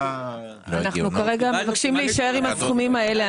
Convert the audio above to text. אנחנו כרגע מבקשים להישאר עם הסכומים האלה.